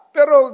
Pero